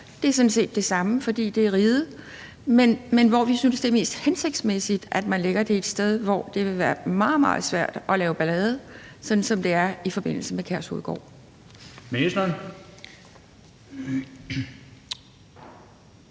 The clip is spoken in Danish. være, er sådan set det samme, fordi det er riget, men vi synes, det er mest hensigtsmæssigt, at man lægger det et sted, hvor det vil være meget, meget svært at lave ballade, sådan som det er i forbindelse med Kærshovedgård. Kl.